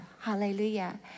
hallelujah